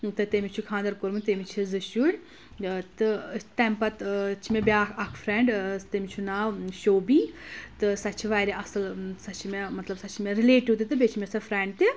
تہٕ تٔمِس چھُ خانٛدر کوٚرمُت تٔمِس چھِ زٕ شُرۍ تہٕ تَمہِ پتہٕ چھِ مےٚ بیاکھ اکھ فرٛؠنٛڈ تٔمِس چھُ ناو شوبی تہٕ سۄ چھِ واریاہ اَصٕل سۄ چھِ مےٚ مطلب سۄ چھِ مےٚ رِلَیٹِو تہِ تہٕ بیٚیہِ چھِ مےٚ سۄ فرٛؠنٛڈ تہِ